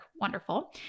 wonderful